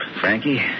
Frankie